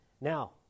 Now